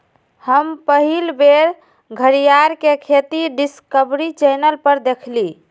हम पहिल बेर घरीयार के खेती डिस्कवरी चैनल पर देखली